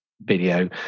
video